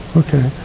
okay